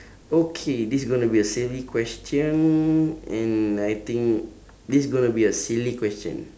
okay this is gonna be a silly question and I think this is gonna be a silly question